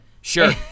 Sure